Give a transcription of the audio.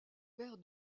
père